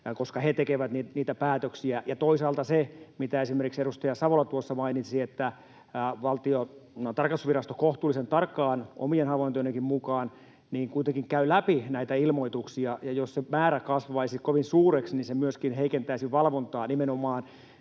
koska he tekevät niitä päätöksiä. Ja toisaalta, kuten esimerkiksi edustaja Savola tuossa mainitsi, Valtion tarkastusvirasto kohtuullisen tarkkaan — omienkin havaintojeni mukaan — kuitenkin käy läpi näitä ilmoituksia, ja jos se määrä kasvaisi kovin suureksi, niin se myöskin heikentäisi valvontaa, nimenomaan